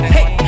Hey